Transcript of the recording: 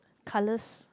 colours